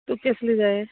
तुक केसले जाये